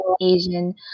Asian